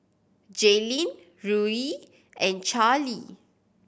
Jalyn Ruie and Charlie